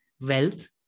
wealth